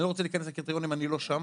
אני לא רוצה להיכנס לקריטריונים, אני לא שם.